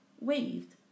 waved